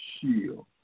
shield